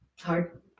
Hard